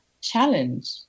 challenge